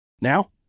Now